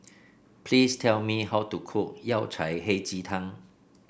please tell me how to cook Yao Cai Hei Ji Tang